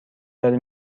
داره